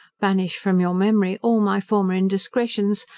banish from your memory all my former indiscretions,